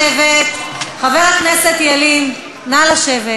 מצערת שגם הכנסת וגם הממשלה קיבלו ציון "נכשל".